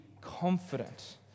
confident